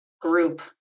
group